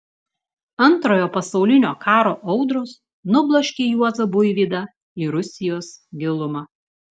antrojo pasaulinio karo audros nubloškė juozą buivydą į rusijos gilumą